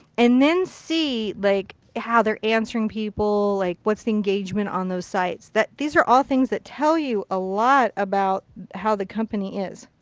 and then see, like, how they're answering people. like what's the engagement on those sites. these are all things that tell you a lot about how the company is.